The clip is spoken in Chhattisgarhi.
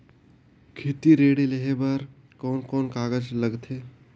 खेती ऋण लेहे बार कोन कोन कागज लगथे?